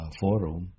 forum